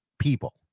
people